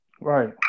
Right